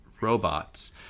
robots